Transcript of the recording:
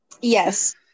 yes